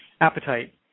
appetite